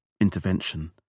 Intervention